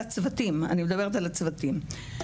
אני מדברת על צוותים.